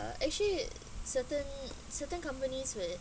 uh actually certain certain companies with